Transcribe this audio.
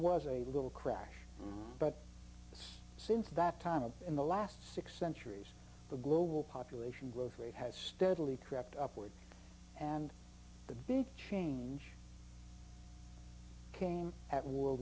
was a little crash but since that time and in the last six centuries the global population growth rate has steadily crept up words and the big change came at world